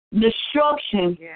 Destruction